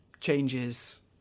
changes